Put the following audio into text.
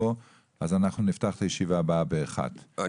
אז אנחנו נפתח את הישיבה הבאה ב-13:00.